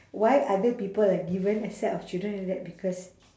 why other people are given a set of children like that because